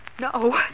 no